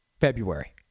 February